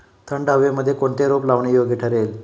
थंड हवेमध्ये कोणते रोप लावणे योग्य ठरेल?